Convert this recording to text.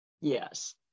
Yes